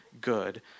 good